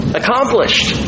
accomplished